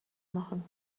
machen